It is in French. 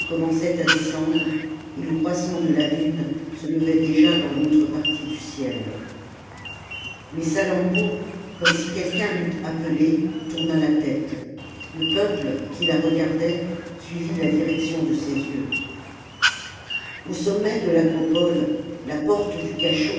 à descendre et le croissant de la lune se levait déjà dans l'autre partie du ciel mais salammbô comme si quelqu'un l'eût appelée tourna la tête le peuple qui la regardait suivit la direction de ses yeux au sommet de l'acropole la porte du cachot